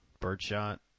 birdshot